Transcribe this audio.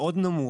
מאוד נמוך,